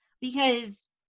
because-